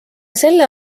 selle